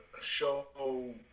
show